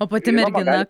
o pati mergina